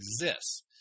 exists